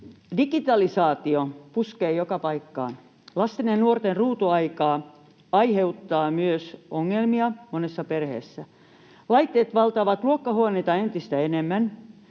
Digitalisaatio puskee joka paikkaan. Lasten ja nuorten ruutuaika aiheuttaa myös ongelmia monessa perheessä. Laitteet valtaavat luokkahuoneita entistä enemmän.